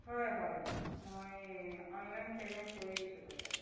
হয় হয় মই অনলাইন পে'মেণ্ট কৰি দিছোঁ পইচাটো